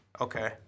Okay